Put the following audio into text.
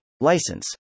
license